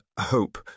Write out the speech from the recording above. hope